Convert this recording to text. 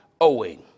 owing